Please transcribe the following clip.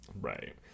Right